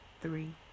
three